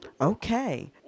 Okay